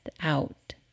out